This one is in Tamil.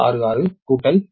266 j 0